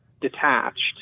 detached